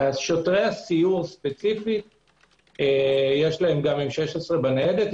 שוטרי הסיור ספציפית יש להם גם M16 בניידת.